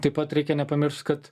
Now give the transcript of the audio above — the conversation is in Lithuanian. taip pat reikia nepamiršt kad